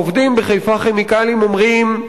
העובדים ב"חיפה כימיקלים" אומרים: